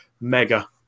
mega